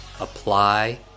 apply